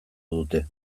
dute